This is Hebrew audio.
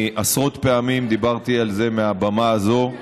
אני דיברתי עשרות פעמים על זה מהבמה הזאת.